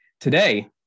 Today